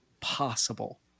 possible